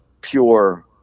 pure